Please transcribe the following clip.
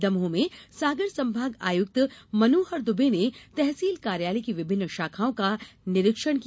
दमोह में सागर संभाग आयुक्त मनोहर दुबे ने तहसील कार्यालय की विभिन्न शाखाओं का निरीक्षण किया